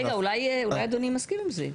רגע, אולי אדוני מסכים עם זה?